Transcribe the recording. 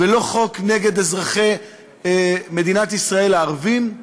ולא חוק נגד אזרחי מדינת ישראל הערבים,